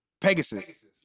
Pegasus